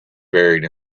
buried